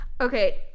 Okay